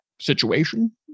situation